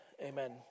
amen